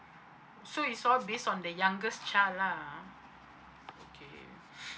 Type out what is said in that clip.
so is all based on the youngest child lah okay